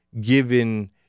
given